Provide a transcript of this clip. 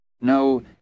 No